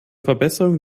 verbesserung